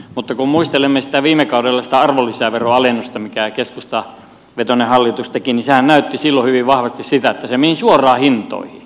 mutta kun muistelemme viime kauden sitä arvonlisäveron alennusta minkä keskustavetoinen hallitus teki niin sehän näytti silloin hyvin vahvasti sitä että se meni suoraan hintoihin